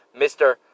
Mr